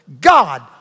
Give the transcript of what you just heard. God